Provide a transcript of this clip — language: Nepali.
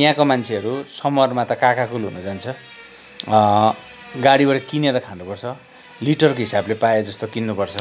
यहाँ मान्छेहरू समरमा त काकाकुल हुन जान्छ गाडीबाट किनेर खानुपर्छ लिटरको हिसाबले प्रायः जस्तो किन्नुपर्छ